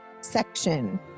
section